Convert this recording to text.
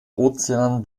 ozean